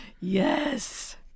yes